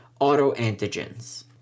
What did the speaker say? autoantigens